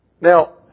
Now